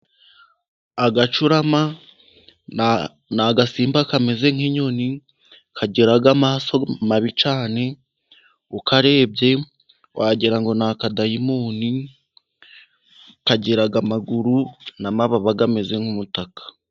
Agacurama ni agasimba kameze nk'inyoni kagira amaso mabi cyane ukarebye wagira ngo ni akadayimoni kagira amaguru n'amababa ameze nk'umutaka.